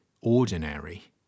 ordinary